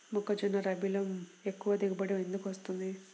మొక్కజొన్న రబీలో ఎక్కువ దిగుబడి ఎందుకు వస్తుంది?